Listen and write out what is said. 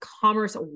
Commerce